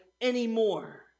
anymore